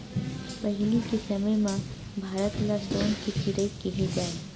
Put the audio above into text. पहिली के समे म भारत ल सोन के चिरई केहे जाए